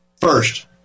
First